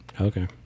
Okay